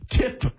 Tip